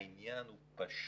העניין הוא פשוט,